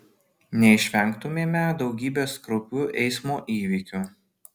neišvengtumėme daugybės kraupių eismo įvykių